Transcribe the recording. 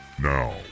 Now